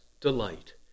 delight